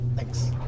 thanks